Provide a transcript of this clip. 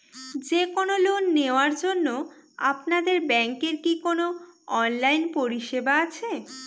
যে কোন লোন নেওয়ার জন্য আপনাদের ব্যাঙ্কের কি কোন অনলাইনে পরিষেবা আছে?